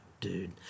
dude